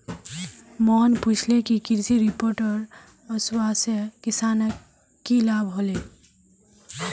मोहन पूछले कि कृषि रोबोटेर वस्वासे किसानक की लाभ ह ले